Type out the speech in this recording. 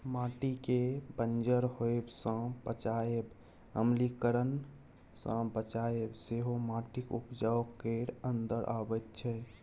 माटिकेँ बंजर होएब सँ बचाएब, अम्लीकरण सँ बचाएब सेहो माटिक बचाउ केर अंदर अबैत छै